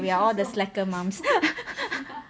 ya we are all the slacker mum